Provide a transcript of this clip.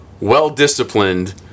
well-disciplined